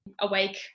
awake